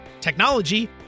technology